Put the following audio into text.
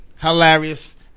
Hilarious